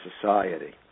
society